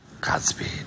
Godspeed